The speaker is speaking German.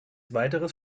weiteres